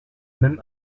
même